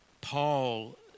Paul